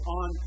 on